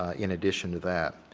ah in addition to that.